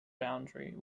boundary